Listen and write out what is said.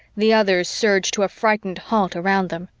the others surged to a frightened halt around them.